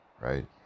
right